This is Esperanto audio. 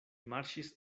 marŝis